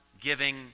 giving